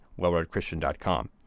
wellreadchristian.com